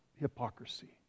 hypocrisy